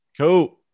Cool